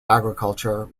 agricultural